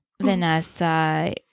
Vanessa